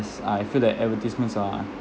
I feel that advertisements are